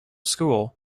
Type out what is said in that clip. school